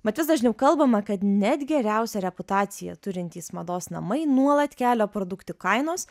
mat vis dažniau kalbama kad net geriausią reputaciją turintys mados namai nuolat kelia produktų kainas